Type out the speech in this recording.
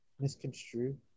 misconstrue